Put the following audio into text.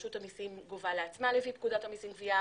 רשות המיסים גובה לעצמה לפי פקודת המיסים (גבייה).